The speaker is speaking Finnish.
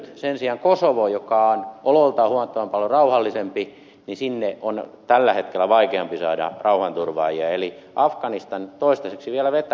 sen sijaan kosovoon joka on oloiltaan huomattavan paljon rauhallisempi on tällä hetkellä vaikeampi saada rauhanturvaajia eli afganistan toistaiseksi vielä vetää